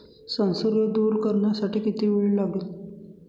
संसर्ग दूर करण्यासाठी किती वेळ लागेल?